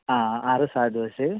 ಹಾಂ ಆರು ಸಾದ ದೋಸೆ